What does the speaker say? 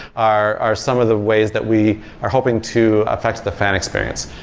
are are some of the ways that we are hoping to affect the fan experience.